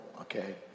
okay